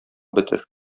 бетер